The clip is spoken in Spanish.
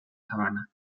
sabana